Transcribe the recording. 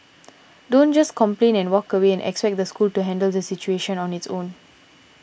don't just complain and walk away and expect the school to handle the situation on its own